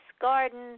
Garden